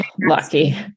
lucky